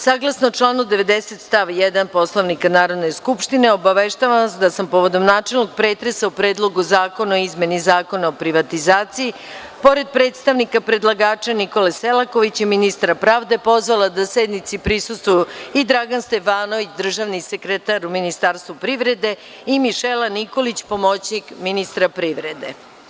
Saglasno članu 90. stav 1. Poslovnika Narodne skupštine, obaveštavam vas da sam povodom načelnog pretresa o Predlogu zakona o izmeni Zakona o privatizaciji, pored predstavnika predlagača Nikole Selakovića, ministra pravde, pozvala da sednici prisustvuju i Dragan Stevanović, državni sekretar u Ministarstvu privrede i Mišela Nikolić, pomoćnik ministra privrede.